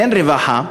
אין רווחה,